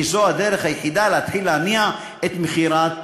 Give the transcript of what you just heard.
כי זו הדרך היחידה להתחיל להניע את מכירת